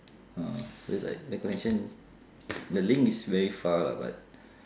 ah so it's like the question the link is very far lah but